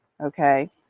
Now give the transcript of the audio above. okay